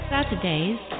Saturdays